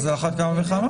אז על אחת כמה וכמה.